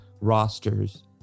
rosters